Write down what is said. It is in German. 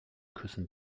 küssen